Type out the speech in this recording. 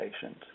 patient